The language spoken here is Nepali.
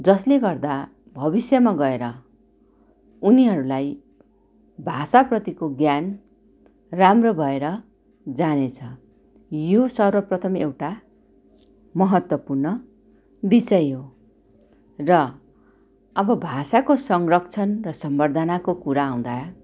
जसले गर्दा भविष्यमा गएर उनीहरूलाई भाषाप्रतिको ज्ञान राम्रो भएर जानेछ यो सर्वप्रथम एउटा महत्त्वपूर्ण विषय हो र अब भाषाको संरक्षण र सम्बर्द्धनाको कुरा आउँदा